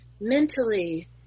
Mentally